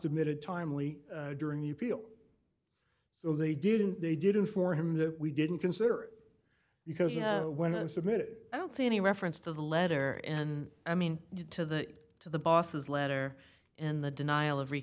submitted timely during the appeal so they didn't they didn't for him that we didn't consider because you know when i'm submitted i don't see any reference to the letter and i mean due to that to the bosses letter and the denial